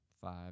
Five